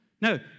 No